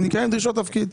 הם נקראים "דרישות תפקיד".